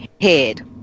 head